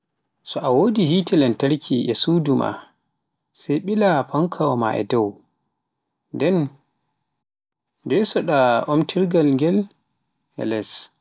so a wodi hete lantarki a sudu maa sai ɓila fankawa ma e dow, nden ndesoɗa omtirngel nge e les